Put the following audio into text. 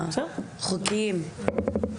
החוקיים.